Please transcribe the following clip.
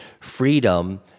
freedom